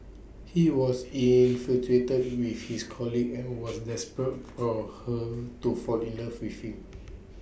he was infatuated with his colleague and was desperate for her to fall in love with him